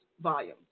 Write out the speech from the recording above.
volumes